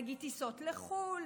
נגיד טיסות לחו"ל,